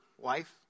wife